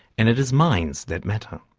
and it is minds that matter.